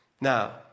Now